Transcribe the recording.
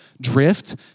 drift